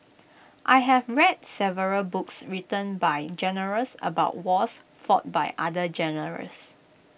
I have read several books written by generals about wars fought by other generals